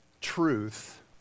truth